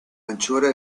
anchura